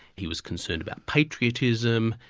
he was concerned about patriotism,